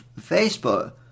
Facebook